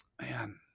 man